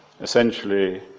essentially